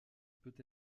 peut